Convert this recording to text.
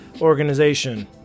organization